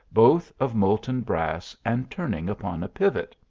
both of molten brass and turning upon a pivot.